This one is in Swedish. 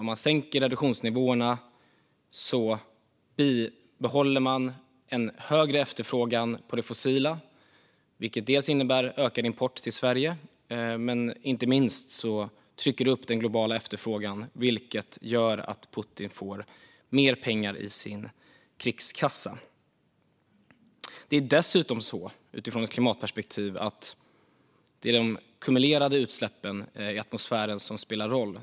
Om man sänker reduktionsniåverna bibehåller man en högre efterfrågan på det fossila, vilket innebär ökad import till Sverige. Och inte minst trycker det upp den globala efterfrågan, vilket gör att Putin får mer pengar i sin krigskassa. Utifrån ett klimatperspektiv är det dessutom så att det är de ackumulerade utsläppen i atmosfären som spelar roll.